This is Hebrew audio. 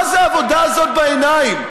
מה זו העבודה הזאת בעיניים?